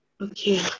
okay